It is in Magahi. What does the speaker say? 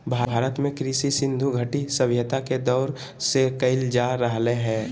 भारत में कृषि सिन्धु घटी सभ्यता के दौर से कइल जा रहलय हें